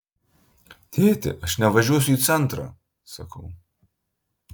tėti aš nevažiuosiu į centrą sakau